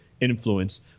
influence